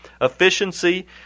efficiency